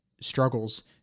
struggles